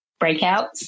breakouts